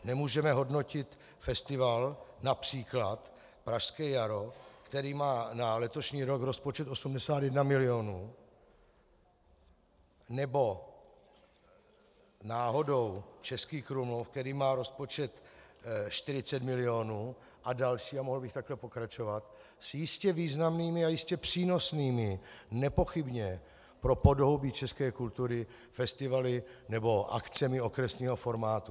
Nemůžeme hodnotit festival, například Pražské jaro, který má na letošní rok rozpočet 81 mil., nebo náhodou Český Krumlov, který má rozpočet 40 mil., a další, a mohl bych takhle pokračovat, s jistě významnými a jistě přínosnými nepochybně pro podhoubí české kultury festivaly nebo akcemi okresního formátu.